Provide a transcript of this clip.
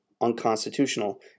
unconstitutional